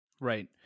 Right